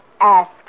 Ask